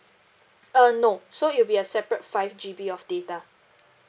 uh no so it'll be a separate five G_B of data